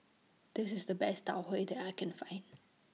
This IS The Best Tau Huay that I Can Find